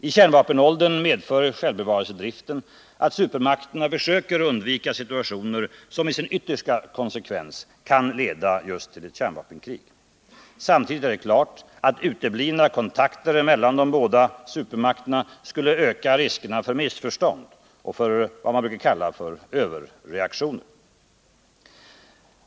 I kärnvapenåldern medför självbevarelsedriften att supermakterna försöker undvika situationer som i sina yttersta konsekvenser kan leda till kärnvapenkrig. Samtidigt är det klart att uteblivna kontakter mellan de båda supermakterna skulle öka riskerna för missförstånd och för vad man brukar kalla överreaktioner.